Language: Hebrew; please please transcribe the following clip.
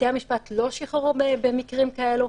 בתי המשפט לא שחררו במקרים כאלו.